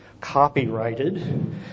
copyrighted